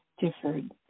differed